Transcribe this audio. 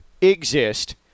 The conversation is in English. exist